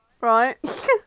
Right